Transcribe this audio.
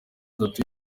atatu